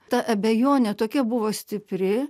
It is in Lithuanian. ta abejonė tokia buvo stipri